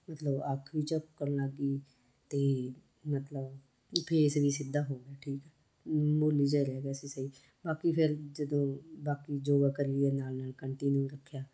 ਮਤਲਬ ਅੱਖ ਵੀ ਝਪਕਣ ਲੱਗ ਗਈ ਅਤੇ ਮਤਲਬ ਵੀ ਫੇਸ ਵੀ ਸਿੱਧਾ ਹੋ ਗਿਆ ਠੀਕ ਮਾਮੂਲੀ ਜਿਹਾ ਰਹਿ ਗਿਆ ਸੀ ਸਹੀ ਬਾਕੀ ਫਿਰ ਜਦੋਂ ਬਾਕੀ ਯੋਗਾ ਕਰੀ ਗਏ ਨਾਲ ਨਾਲ ਕੰਟੀਨਿਊ ਰੱਖਿਆ